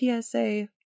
TSA